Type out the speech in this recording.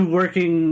working